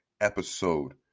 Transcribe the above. episode